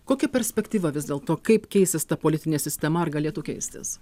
kokia perspektyva vis dėlto kaip keisis ta politinė sistema ar galėtų keistis